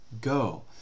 go